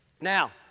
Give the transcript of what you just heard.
Now